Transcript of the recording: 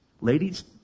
Ladies